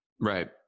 right